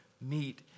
meet